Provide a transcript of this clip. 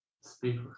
Speak